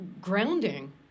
grounding